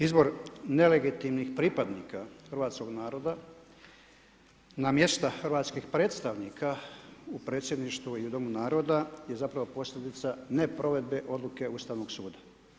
Izbor nelegitimnih pripadnika hrvatskog naroda na mjesta hrvatskih predstavnika u predsjedništvu i u domu naroda je zapravo posljedica neprovedbe odluke Ustavnog suda.